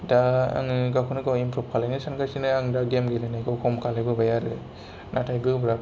दा आङो गावखौनो गाव इमप्रुब खालायनो सानगासिनो आं दा गेम गेलेनायखौ खम खालायबोबाय आरो नाथाइ गोब्राब